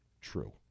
true